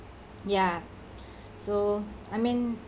ya so I mean